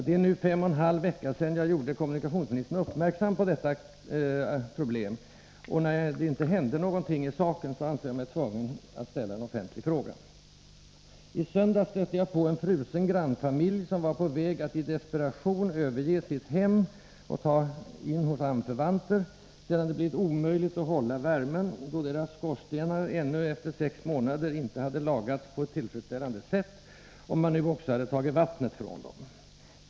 Det är nu fem och en halv vecka sedan jag gjorde kommunikationsministern uppmärksam på detta problem, och när det inte hände någonting i saken ansåg jag mig tvungen att ställa en offentlig fråga. I söndags stötte jag på en frusen grannfamilj, som var på väg att i desperation överge sitt hem och ta in hos anförvanter, sedan det blivit omöjligt att hålla värmen på grund av att deras skorsten ännu efter sex månader inte hade lagats på ett tillfredsställande sätt och man nu också hade tagit vattnet från dem.